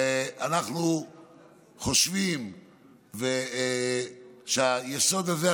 ואנחנו חושבים שהיסוד הזה,